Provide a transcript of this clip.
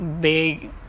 big